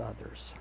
others